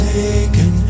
taken